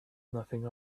nothing